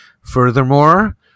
Furthermore